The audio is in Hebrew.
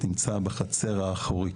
נמצא בחצר האחורית,